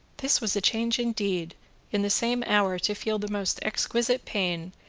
this was a change indeed in the same hour to feel the most exquisite pain,